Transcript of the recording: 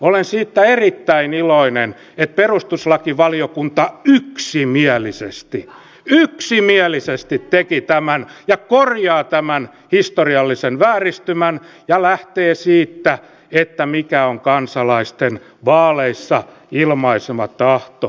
olen siitä erittäin iloinen että perustuslakivaliokunta yksimielisesti yksimielisesti teki tämän ja korjaa tämän historiallisen vääristymän ja lähtee siitä mikä on kansalaisten vaaleissa ilmaisema tahto